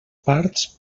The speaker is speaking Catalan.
parts